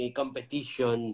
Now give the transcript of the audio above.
competition